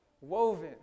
Woven